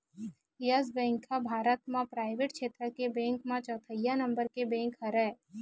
yes Bank ह भारत म private छेत्र के बेंक म चउथइया नंबर के बेंक हरय